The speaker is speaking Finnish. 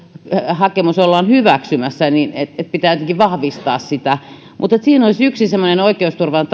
hakemus ollaan hyväksymässä että pitää jotenkin vahvistaa sitä mutta siinä olisi yksi semmoinen oikeusturvan